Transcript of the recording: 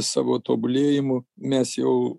savo tobulėjimu mes jau